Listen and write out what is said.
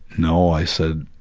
no, i said,